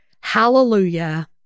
hallelujah